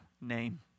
name